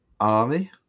army